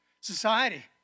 society